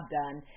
done